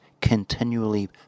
continually